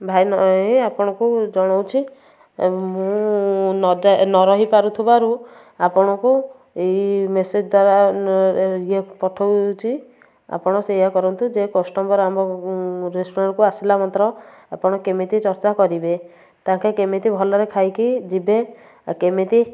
ଭାଇ ଏଇ ଆପଣଙ୍କୁ ଜଣାଉଛି ଆଉ ମୁଁ ନ ରହି ପାରୁଥିବାରୁ ଆପଣଙ୍କୁ ଏଇ ମେସେଜ ଦ୍ୱାରା ଇଏ ପଠାଉଛି ଆପଣ ସେଇଆ କରନ୍ତୁ ଯେ କଷ୍ଟମର ଆମର ରେଷ୍ଟୁରାଣ୍ଟକୁ ଆସିଲା ମାତ୍ର ଆପଣ କେମିତି ଚର୍ଚ୍ଚା କରିବେ ତାଙ୍କେ କେମିତି ଭଲରେ ଖାଇକି ଯିବେ ଆଉ କେମିତି